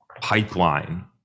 pipeline